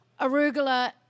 arugula